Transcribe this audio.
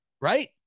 right